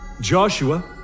Joshua